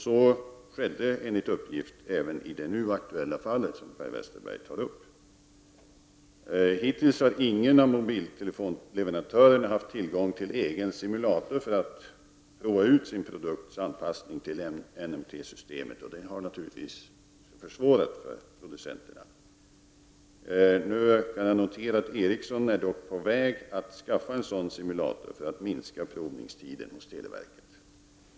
Så skedde enligt uppgift även i det nu aktuella fall som Per Westerberg har tagit upp. Hittills har ingen av mobiltelefonleverantörerna haft tillgång till egen simulator för att prova sin produkts anpassning till NMT-systemet. Detta har naturligtvis försvårat det hela för producenterna. Jag kan dock notera att Ericsson är på väg att skaffa en sådan simulator för att minska provningstiden hos televerket.